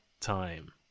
time